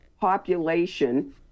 population